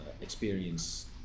experience